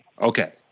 Okay